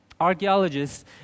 archaeologists